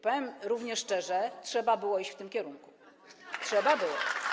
Powiem równie szczerze: trzeba było iść w tym kierunku, trzeba było.